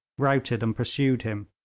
routed and pursued him.